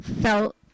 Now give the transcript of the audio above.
felt